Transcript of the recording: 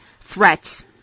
threats